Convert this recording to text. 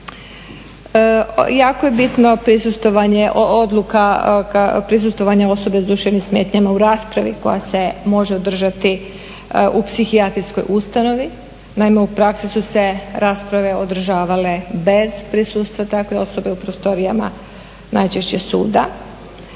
Jako je bitno prisustvovanje osobe s duševnim smetnjama u raspravi koja se može održati u psihijatrijskoj ustanovi. Naime u praksi su se rasprave održavale bez prisustvo takve osobe u prostorijama najčešće suda,